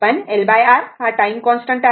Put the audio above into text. पण LR हा τ आहे